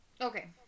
Okay